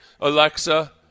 Alexa